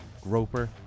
Groper